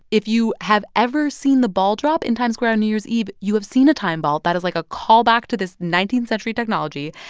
if you have ever seen the ball drop in times square on new year's eve, you have seen a time ball. that is, like, a callback to this nineteenth century technology.